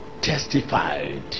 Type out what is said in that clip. testified